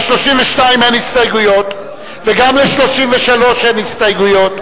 ל-32 אין הסתייגויות וגם ל-33 אין הסתייגויות.